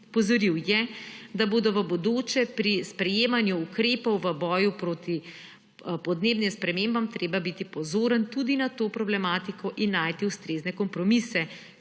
Opozoril je, da bo v bodoče pri sprejemanju ukrepov v boju proti podnebnim spremembam treba biti pozoren tudi na to problematiko in najti ustrezne kompromise,